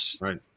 Right